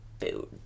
food